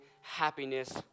happiness